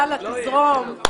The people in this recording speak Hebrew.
יאללה, תזרום.